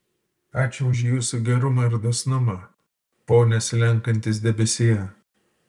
ačiū už jūsų gerumą ir dosnumą pone slenkantis debesie